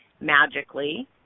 magically